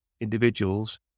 individuals